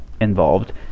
involved